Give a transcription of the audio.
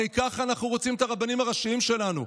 הרי ככה אנחנו רוצים את הרבנים הראשיים שלנו.